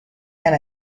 and